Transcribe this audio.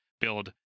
build